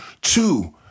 Two